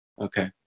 Okay